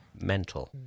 mental